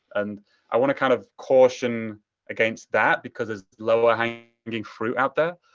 and i want to kind of caution against that, because there's lower hanging hanging fruit out there.